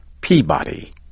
Peabody